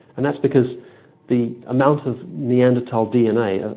and that's because the amount of neanderthal dna, ah